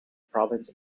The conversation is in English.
province